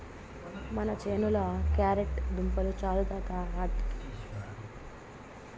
మన చేనుల క్యారెట్ దుంపలు చాలు తాత ఆటికి